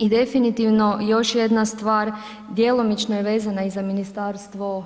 I definitivno još jedna stvar, djelomično je vezana i za ministarstvo